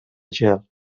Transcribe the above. gel